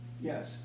Yes